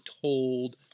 told